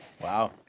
Wow